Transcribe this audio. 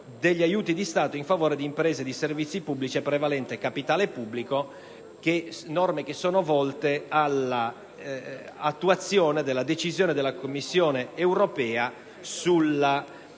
degli aiuti di Stato in favore di imprese di servizi pubblici a prevalente capitale pubblico, volte all'attuazione della decisione della Commissione europea sul